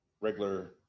regular